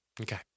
Okay